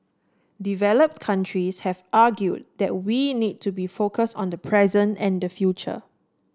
developed countries have argued that we need to be focused on the present and the future